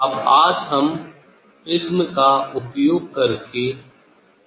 अब आज हम प्रिज़्म का उपयोग करके प्रयोग करेंगे